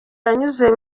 yanyuze